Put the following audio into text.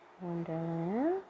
Wonderland